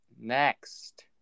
Next